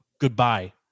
goodbye